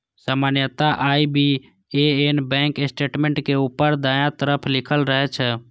सामान्यतः IBAN bank statement के ऊपर दायां तरफ लिखल रहै छै